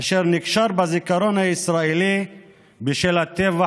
אשר נקשר בזיכרון הישראלי בשל הטבח